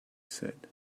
said